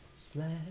splash